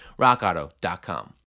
rockauto.com